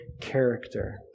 character